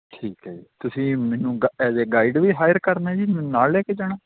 ਠੀਕ ਹੈ ਜੀ ਤੁਸੀਂ ਮੈਨੂੰ ਗਾ ਐਜ਼ ਏ ਗਾਈਡ ਵੀ ਹਾਇਰ ਕਰਨਾ ਜੀ ਮੈਨੂੰ ਨਾਲ ਲੈ ਕੇ ਜਾਣਾ